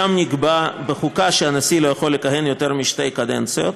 שבה נקבע בחוקה שהנשיא לא יכול לכהן יותר משתי קדנציות.